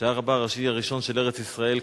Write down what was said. שהיה רבה הראשי הראשון של ארץ-ישראל,